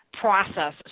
process